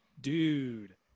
dude